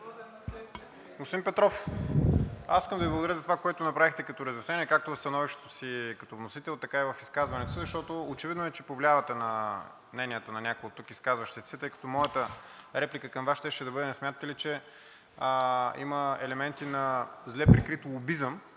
Господин Петров, аз искам да Ви благодаря за това, което направихте като разяснение, както в становището си като вносител, така и в изказването си, защото очевидно е, че повлиявате на мнението на някои оттук изказващите се, тъй като моята реплика към Вас щеше да бъде: не смятате ли, че има елементи на зле прикрит лобизъм